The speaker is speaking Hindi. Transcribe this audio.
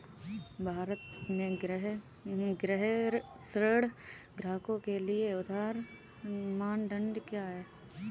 भारत में गृह ऋण ग्राहकों के लिए उधार मानदंड क्या है?